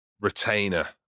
retainer